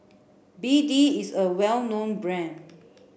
B D is a well known brand